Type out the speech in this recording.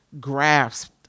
grasped